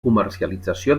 comercialització